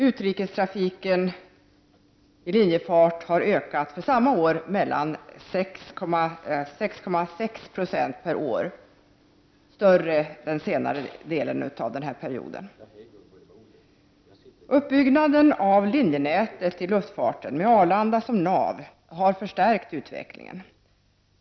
Utrikestrafiken i linjefart har under samma period ökat med 6,6 96 per år, och ännu mer under den senare delen av perioden. Uppbyggnaden av linjenätet i luftfarten, med Arlanda som nav, har förstärkt utvecklingen.